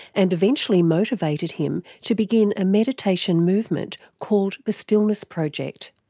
and eventually motivated him to begin a meditation movement called the stillness project,